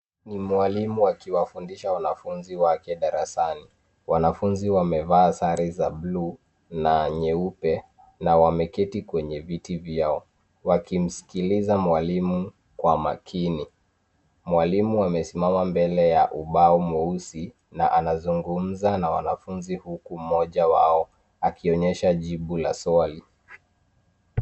Ni mwalimu akiwafundisha wanafunzi wake darasani. Wanafunzi wamevaa sare za blue na nyeupe na wameketi kwenye viti vyao, wakimsikiliza mwalimu kwa makini. Mwalimu amesimama mbele ya ubao mweusi na anazungumza na wanafunzi huku mmoja wao akionyesha jibu la swali.